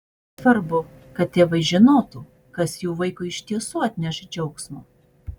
svarbu kad tėvai žinotų kas jų vaikui iš tiesų atneš džiaugsmo